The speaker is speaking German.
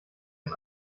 das